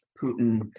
Putin